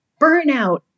Burnout